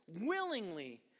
willingly